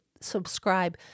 subscribe